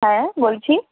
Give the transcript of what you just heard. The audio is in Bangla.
হ্যাঁ বলছি